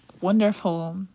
wonderful